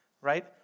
Right